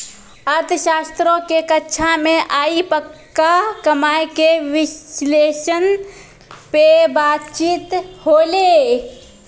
अर्थशास्त्रो के कक्षा मे आइ पक्का कमाय के विश्लेषण पे बातचीत होलै